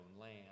land